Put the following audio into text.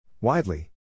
Widely